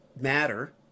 matter